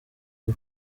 iwe